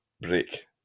break